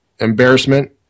Embarrassment